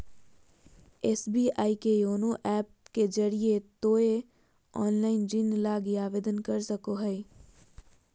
SBI के YONO app के जरिए तोय ऑनलाइन ऋण लगी आवेदन कर सको हो